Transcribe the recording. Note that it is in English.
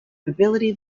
mobility